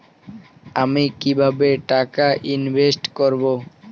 আমি কিভাবে টাকা ইনভেস্ট করব?